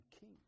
king